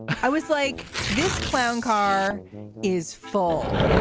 i was like, this clown car is full.